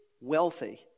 wealthy